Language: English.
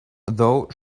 though